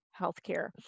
healthcare